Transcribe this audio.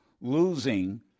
losing